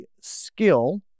skill